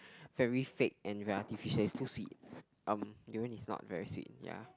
very fake and very artificial it's too sweet um durian is not very sweet ya